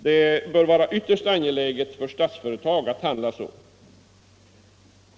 Det bör vara ytterst angeläget för Statsföretag att handla så.